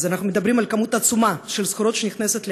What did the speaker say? אז אנחנו מדברים על כמות עצומה של סחורות שנכנסת לעזה,